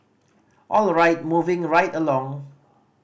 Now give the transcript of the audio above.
all right moving right along